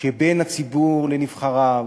שבין הציבור לנבחריו,